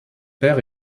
père